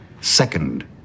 Second